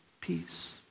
peace